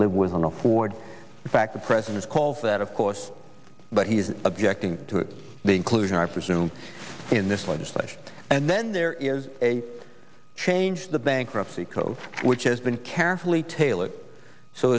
live with on a ford in fact the president's call for that of course but he is objecting to be inclusion i presume in this legislation and then there is a change the bankruptcy code which has been carefully tailored so